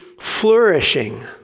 flourishing